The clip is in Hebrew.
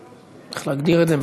איך להגדיר את זה?